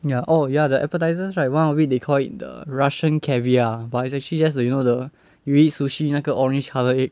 ya oh ya the appetisers right one of it they call it the russian caviar but it's actually just the you know the we eat sushi 那个 orange colour egg